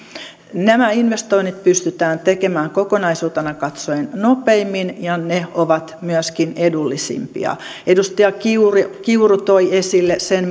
nämä investoinnit pystytään tekemään kokonaisuutena katsoen nopeimmin ja ne ovat myöskin edullisimpia edustaja kiuru kiuru toi esille sen